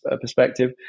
perspective